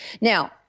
Now